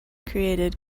created